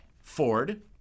Ford